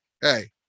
hey